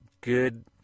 good